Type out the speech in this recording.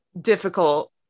difficult